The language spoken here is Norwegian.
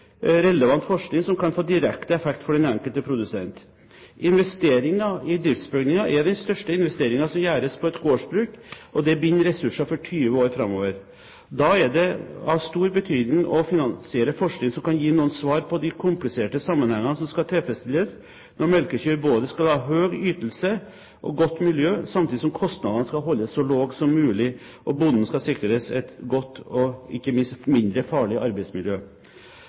relevant forskning som kan få direkte effekt for den enkelte produsent. Investeringer i driftsbygninger er den største investeringen som gjøres på et gårdsbruk, og det binder ressurser for 20 år framover. Da er det av stor betydning å finansiere forskning som kan gi noen svar på de kompliserte sammenhengene som skal tilfredsstilles når melkekyr både skal ha høy ytelse og godt miljø, samtidig som kostnadene skal holdes så lave som mulig og bonden skal sikres et godt og ikke minst mindre farlig arbeidsmiljø.